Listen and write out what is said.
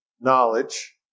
knowledge